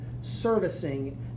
servicing